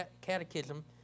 Catechism